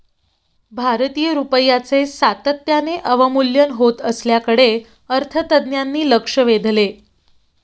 भारतीय रुपयाचे सातत्याने अवमूल्यन होत असल्याकडे अर्थतज्ज्ञांनी लक्ष वेधले